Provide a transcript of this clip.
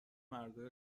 مردای